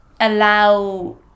allow